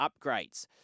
upgrades